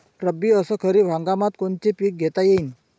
रब्बी अस खरीप हंगामात कोनचे पिकं घेता येईन?